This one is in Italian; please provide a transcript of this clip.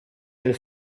del